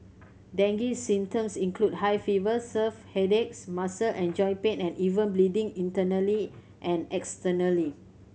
dengue symptoms include high fever serve headaches muscle and joint pain and even bleeding internally and externally